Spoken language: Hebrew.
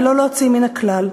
ולא להוציאם מן הכלל.